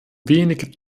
wenig